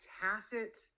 tacit